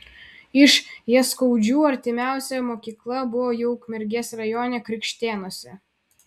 iš jaskaudžių artimiausia mokykla buvo jau ukmergės rajone krikštėnuose